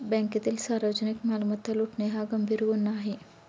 बँकेतील सार्वजनिक मालमत्ता लुटणे हा गंभीर गुन्हा आहे